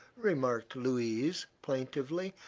remarked louise, plaintively.